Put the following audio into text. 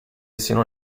siano